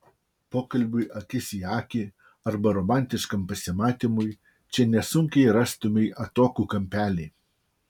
pokalbiui akis į akį arba romantiškam pasimatymui čia nesunkiai rastumei atokų kampelį